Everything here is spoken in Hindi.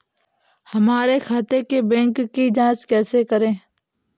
हमारे खाते के बैंक की जाँच कैसे करें?